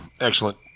Excellent